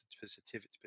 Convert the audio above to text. positivity